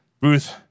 Ruth